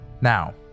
Now